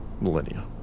millennia